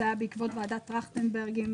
בעקבות ועדת טרכטנברג,